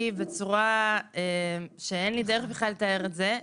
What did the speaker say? בצורה שאין לי דרך בכלל לתאר את זה.